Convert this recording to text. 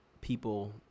People